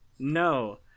No